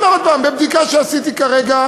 אני אומר עוד הפעם: מבדיקה שעשיתי כרגע,